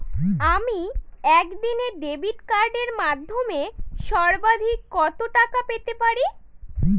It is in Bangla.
আমি একদিনে ডেবিট কার্ডের মাধ্যমে সর্বাধিক কত টাকা পেতে পারি?